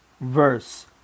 verse